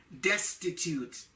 destitute